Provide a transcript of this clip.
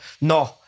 No